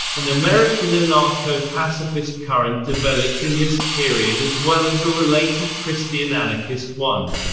an american anarcho-pacifist current developed in this period as well as a related christian anarchist one.